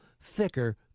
thicker